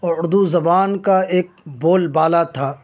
اور اردو زبان کا ایک بول بالا تھا